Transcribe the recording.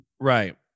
Right